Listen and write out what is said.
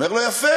אומר לו: יפה.